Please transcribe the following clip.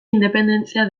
independentzia